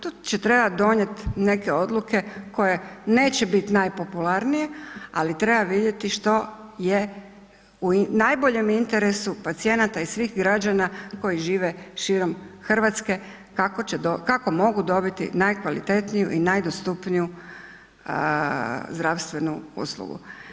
Tu će trebati donijeti neke odluke koje neće biti najpopularnije, ali treba vidjeti što je u najboljem interesu pacijenata i svih građana koji žive širom Hrvatske kako mogu dobiti najkvalitetniju i najdostupniju zdravstvenu uslugu.